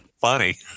funny